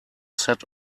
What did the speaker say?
set